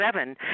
seven